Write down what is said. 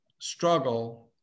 struggle